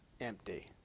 empty